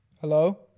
Hello